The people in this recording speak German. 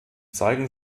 zeigen